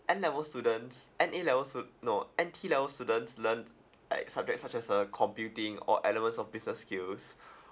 N level students N_A level stu~ no N_T level students learn like subjects such as uh computing or elements of business skills